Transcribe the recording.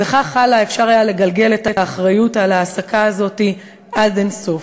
וכך הלאה אפשר היה לגלגל את האחריות על ההעסקה הזאת עד אין-סוף.